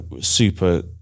super